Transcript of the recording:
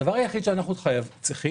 הדבר היחיד שאנחנו צריכים,